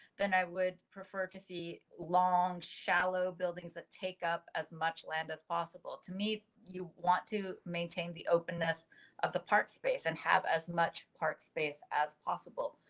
then i would prefer to see long shallow buildings that take up as much land as possible to meet you want to maintain the openness of the part space and have as much part space as possible.